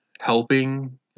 helping